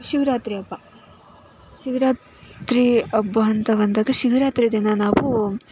ಶಿವರಾತ್ರಿ ಹಬ್ಬ ಶಿವರಾತ್ರಿ ಹಬ್ಬ ಅಂತ ಬಂದಾಗ ಶಿವರಾತ್ರಿ ದಿನ ನಾವೂ